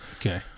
Okay